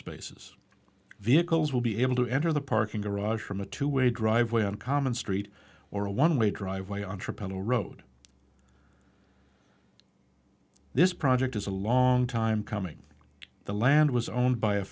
spaces vehicles will be able to enter the parking garage from a two way driveway on common street or a one way driveway entrepeneur road this project is a long time coming the land was owned by a